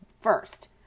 First